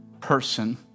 person